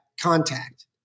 contact